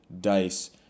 dice